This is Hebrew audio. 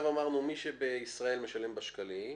עכשיו אמרנו: מי שבישראל משלם בשקלים,